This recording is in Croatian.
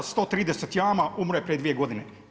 130 jama, umro je prije dvije godine.